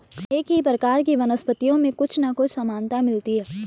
एक ही प्रकार की वनस्पतियों में कुछ ना कुछ समानता मिलती है